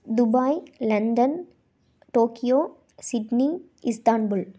Dubai London Tokyo Sydney Istanbul